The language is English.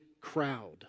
crowd